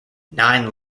nine